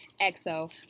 EXO